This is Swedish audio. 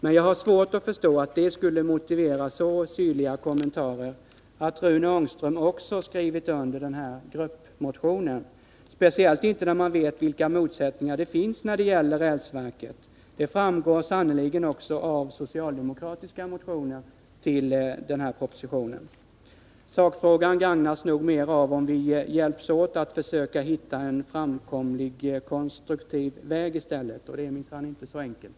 Men jag har svårt att förstå att det förhållandet att Rune Ångström också skrivit under denna gruppmotion skulle motivera så syrliga kommentarer, speciellt inte när man vet vilka motsättningar som finns när det gäller rälsverket, vilket sannerligen också framgår av socialdemokratiska motioner med anledning av dagens proposition. Sakfrågan gagnas nog mera av att vi i stället hjälps åt att försöka finna en framkomlig, konstruktiv väg, och det är . minsann inte så enkelt.